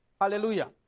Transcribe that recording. Hallelujah